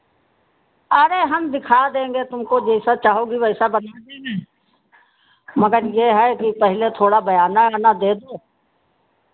अरे हम दिखा देंगे तुमको जैसा चाहोगी वैसा बना देंगे मग़र ये है कि पहले थोड़ा बयाना आना दे दो